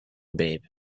babe